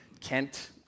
Kent